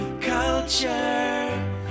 Culture